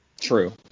True